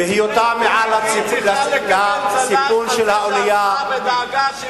בהיותה על הסיפון של האונייה,